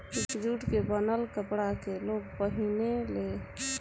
jute के बनल कपड़ा के लोग पहिने ले